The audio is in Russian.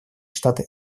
штаты